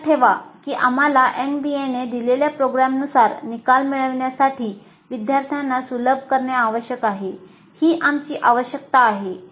लक्षात ठेवा की आम्हाला एनबीएने दिलेल्या प्रोग्रामनुसार निकाल मिळविण्यासाठी विद्यार्थ्यांना सुलभ करणे आवश्यक आहे ही आमची आवश्यकता आहे